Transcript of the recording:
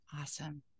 Awesome